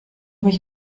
mich